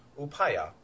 upaya